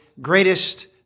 greatest